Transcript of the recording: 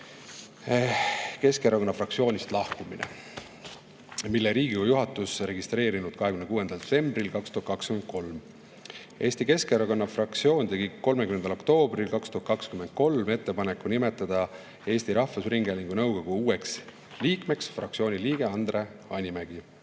Keskerakonna fraktsioonist lahkumine, mille on Riigikogu juhatus registreerinud 26. septembril 2023. Eesti Keskerakonna fraktsioon tegi 30. oktoobril 2023 ettepaneku nimetada Eesti Rahvusringhäälingu nõukogu uueks liikmeks fraktsiooni liige Andre Hanimägi.